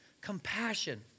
compassion